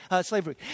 slavery